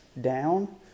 down